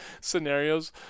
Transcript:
scenarios